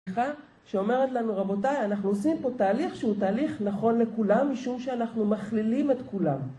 שאומרת לנו רבותיי אנחנו עושים פה תהליך שהוא תהליך נכון לכולם משום שאנחנו מכלילים את כולם